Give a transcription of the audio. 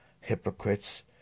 hypocrites